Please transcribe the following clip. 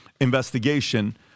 investigation—